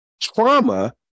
Trauma